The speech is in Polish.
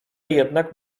jednak